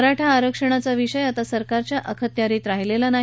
मराठा आरक्षणाचा विषय आता सरकारच्या अखत्यारीत राहिलेला नाही